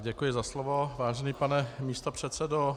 Děkuji za slovo, vážený pane místopředsedo.